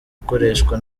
ukoreshwa